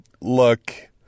look